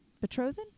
Betrothed